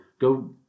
go